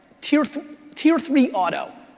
tier tier three auto.